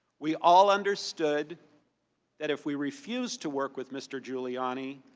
we all understood that if we refused to work with mr. giuliani,